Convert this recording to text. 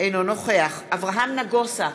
אינו נוכח אברהם נגוסה,